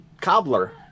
cobbler